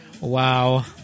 Wow